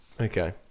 Okay